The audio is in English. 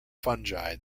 fungi